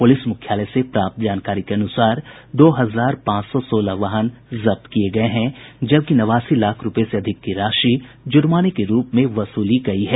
police मुख्यालय से प्राप्त जानकारी के अनुसार दो हजार पांच सौ सोलह वाहन जब्त किये गये हैं जबकि नवासी लाख रूपये से अधिक की राशि जुर्माने के रूप में वसूली गयी है